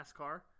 NASCAR